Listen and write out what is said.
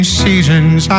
seasons